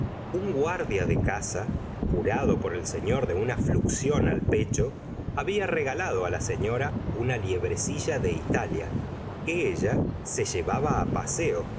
un guardia de caza curado por el senor de una fluxión al pecho había regalado la señora una liebrecilla de italia que ella se llevaba paseo